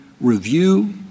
review